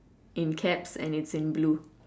in caps and it's in blue